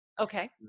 Okay